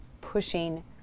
pushing